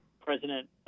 president